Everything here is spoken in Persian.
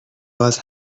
باز